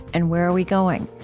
and where are we going?